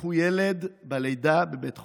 לקחו ילד בלידה בבית חולים.